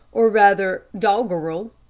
or rather doggerel,